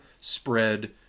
spread